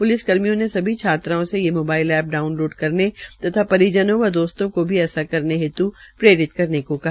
police कर्मियों ने सभी छात्राओं से ये मोबाइल ऐप डाउनलोड करने तथा परिजनों व दोस्तों को भी ऐसा करने हेत् प्रेरित करने को कहा